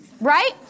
right